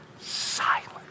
silent